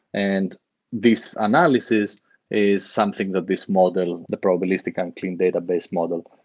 and this analysis is something that this model, the probabilistic unclean database model,